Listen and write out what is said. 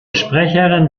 sprecherin